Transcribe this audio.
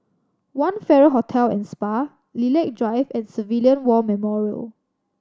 One Farrer Hotel and Spa Lilac Drive and Civilian War Memorial